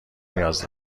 نیاز